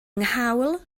nghawl